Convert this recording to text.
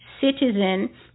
citizen